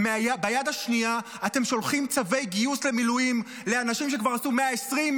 וביד השנייה אתם שולחים צווי גיוס למילואים לאנשים שכבר עשו 120,